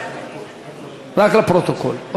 רק לפרוטוקול.